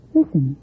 Listen